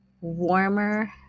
warmer